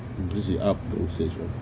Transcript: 你自己 up dosage ah